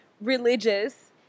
religious